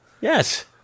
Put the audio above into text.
Yes